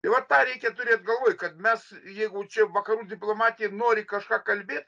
tai vat tą reikia turėt galvoj kad mes jeigu čia vakarų diplomatija ir nori kažką kalbėt